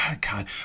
God